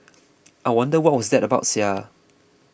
I wonder what that was about S I A